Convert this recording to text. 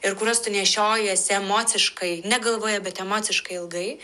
ir kuriuos tu nešiojiesi emociškai ne galvoje bet emociškai ilgai